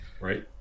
Right